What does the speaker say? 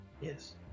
Yes